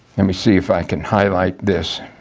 let me see if i can highlight this,